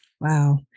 Wow